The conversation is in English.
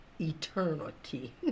eternity